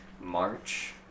March